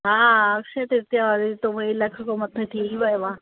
हा अक्षय तृतीया वारे ॾींहं त उहो ई लख खां मथे थी वियो आहे